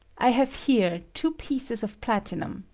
i have here two pieces of platinum,